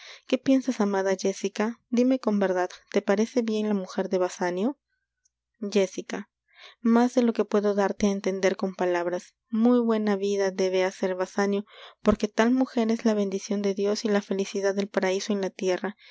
qué piensas amada jéssica dime con verdad te parece bien la mujer de basanio jéssica más de lo que puedo darte á entender con palabras muy buena vida debe hacer basanio porque tal mujer es la bendicion de dios y la felicidad del paraíso en la tierra